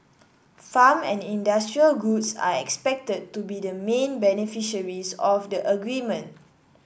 farm and industrial goods are expected to be the main beneficiaries of the agreement